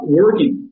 working